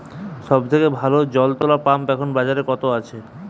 সব থেকে ভালো জল তোলা পাম্প এখন বাজারে কত আছে?